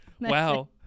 Wow